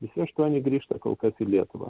visi aštuoni grįžta kol kas į lietuvą